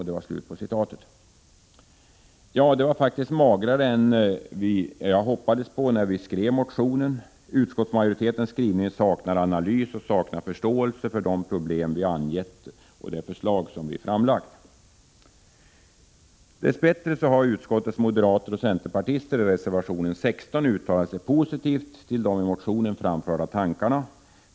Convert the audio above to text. Det var faktiskt magrare än jag hoppades på när vi skrev motionen. Utskottsmajoritetens skrivning saknar analys av och förståelse för de problem vi angivit och det förslag vi framlagt. Dess bättre har utskottets moderater och centerpartister i reservation 16 uttalat sig positivt om de i motionen framförda tankarna.